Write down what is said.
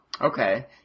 Okay